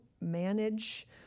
manage